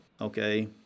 okay